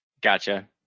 gotcha